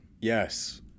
Yes